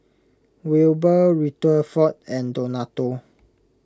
Wilber Rutherford and Donato